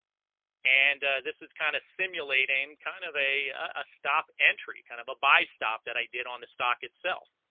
and this is kind of simulating kind of a ah stop entry kind of a buy stop that i did on the stock itself